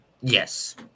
Yes